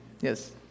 Yes